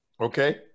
Okay